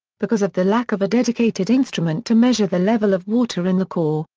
because of the lack of a dedicated instrument to measure the level of water in the core,